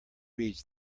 reads